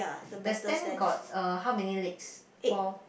the stand got uh how many legs four